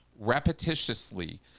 repetitiously